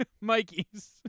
Mikey's